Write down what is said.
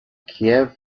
kiev